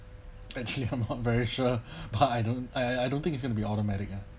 actually I'm not very sure but I don't I I I don't think it's gonna be automatic ah